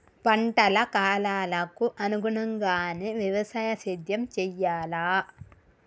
పంటల కాలాలకు అనుగుణంగానే వ్యవసాయ సేద్యం చెయ్యాలా?